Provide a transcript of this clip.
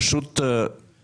הוא לא הילך אימים.